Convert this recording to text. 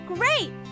Great